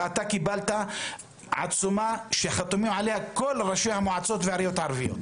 ואתה קיבלת עצומה שחתומים עליה כל ראשי המועצות והעיריות הערביות.